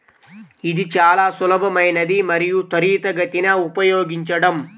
ఇది చాలా సులభమైనది మరియు త్వరితగతిన ఉపయోగించడం